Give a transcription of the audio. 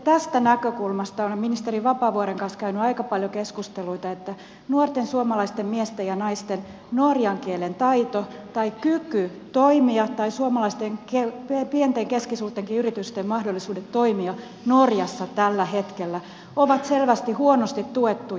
tästä näkökulmasta olen ministeri vapaavuoren kanssa käynyt aika paljon keskusteluita että nuorten suomalaisten miesten ja naisten norjan kielen taito tai kyky toimia tai suomalaisten pienten keskisuurtenkin yritysten mahdollisuudet toimia norjassa tällä hetkellä ovat selvästi huonosti tuettuja